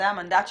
זה המנדט שלנו.